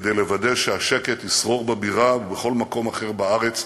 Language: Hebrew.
כדי לוודא שהשקט ישרור בבירה, ובכל מקום אחר בארץ.